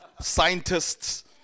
scientists